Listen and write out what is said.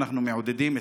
ואנחנו מעודדים,